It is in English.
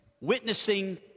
witnessing